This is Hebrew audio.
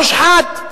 המושחת,